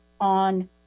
on